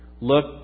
Look